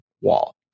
wall